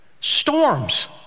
storms